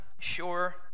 sure